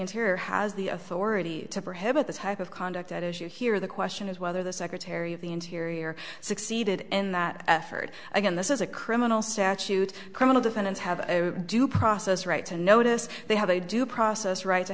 interior has the authority to her head at the type of conduct at issue here the question is whether the secretary of the interior succeeded in that effort again this is a criminal statute criminal defendants have due process rights a notice they have they do process right to